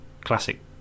classic